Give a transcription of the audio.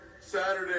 Saturday